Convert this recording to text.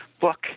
book